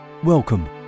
Welcome